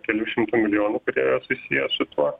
kelių šimtų milijonų kurie susiję su tuo